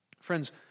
Friends